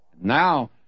Now